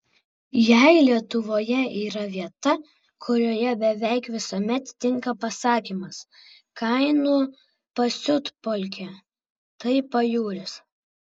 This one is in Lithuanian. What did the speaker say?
jei lietuvoje yra vieta kurioje beveik visuomet tinka pasakymas kainų pasiutpolkė tai pajūris